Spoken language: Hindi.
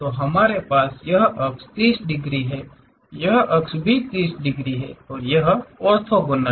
हमारे पास यह अक्ष 30 डिग्री है यह अक्ष भी 30 डिग्री है और यह ऑर्थोगोनल है